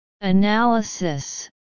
Analysis